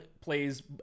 plays